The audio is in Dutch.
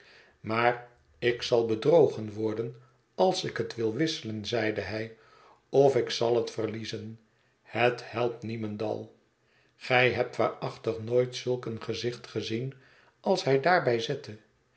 maar ik zal bedrogen worden als ik het wil wisselen zeide hij of ik zal het verliezen het helpt niemendal gij hebt waarachtig nooit zulk een gezicht gezien als hij daarbij zette